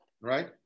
right